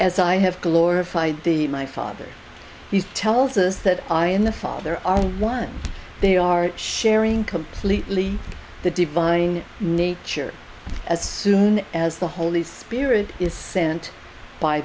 as i have glorified the my father he tells us that i and the father are one they are sharing completely the divine nature as soon as the holy spirit is sent by